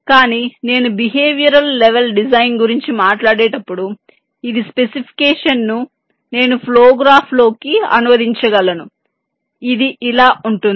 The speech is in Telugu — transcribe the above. కానీ నేను బిహేవియరల్ లెవెల్ డిజైన్ గురించి మాట్లాడేటప్పుడు ఇదే స్పెసిఫికేషన్ ను నేను ఫ్లో గ్రాఫ్లోకి అనువదించగలను ఇది ఇలా ఉంటుంది